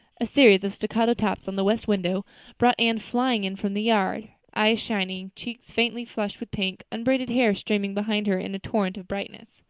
a series of staccato taps on the west window brought anne flying in from the yard, eyes shining, cheeks faintly flushed with pink, unbraided hair streaming behind her in a torrent of brightness.